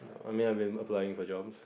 I mean I been applying for job